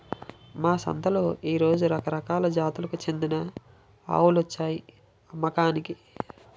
మా సంతలో ఈ రోజు రకరకాల జాతులకు చెందిన ఆవులొచ్చాయి అమ్మకానికి